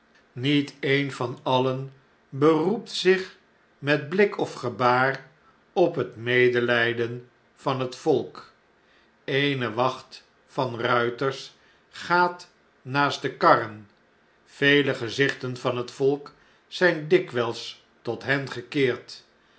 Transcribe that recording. niet een van alien beroept zich met blik of gebaar op het medehj'den van het volk eene wacht van ruiters gaat naast de karren vele gezichten van het volk zjjn dikwgls tot hen gekeerd